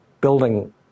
building